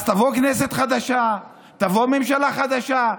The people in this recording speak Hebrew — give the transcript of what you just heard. אז תבוא כנסת חדשה, תבוא ממשלה חדשה,